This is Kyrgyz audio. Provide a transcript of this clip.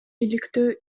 иликтөө